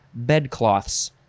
bedcloths